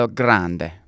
grande